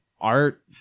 art